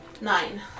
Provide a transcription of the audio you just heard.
Nine